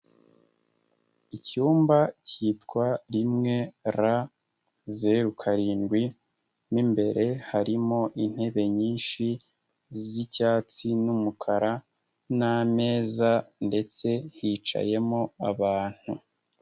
Icyumba cyitwa rimwe, R, zeru karindwi, mu imbere harimo intebe nyinshi z'icyatsi n'umukara n'ameza ndetse hicayemo abantu.